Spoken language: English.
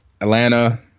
Atlanta